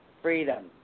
Freedom